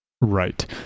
Right